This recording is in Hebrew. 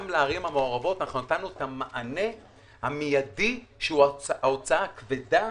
גם בערים המעורבות נתנו את המענה המיידי שהוא ההוצאה הכבדה